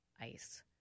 ice